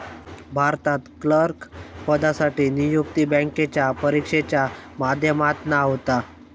भारतात क्लर्क पदासाठी नियुक्ती बॅन्केच्या परिक्षेच्या माध्यमातना होता